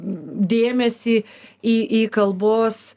dėmesį į į kalbos